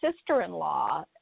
sister-in-law